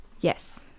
Yes